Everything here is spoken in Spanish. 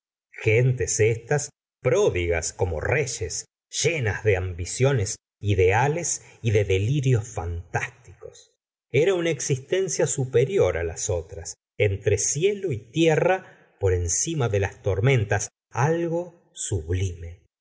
gentes estas pródigas como reyes llenas de ambiciones ideales y de delirios fantásticos era una existencia superior las otras entre cielo y tierra por encima de las tormentas algo sublime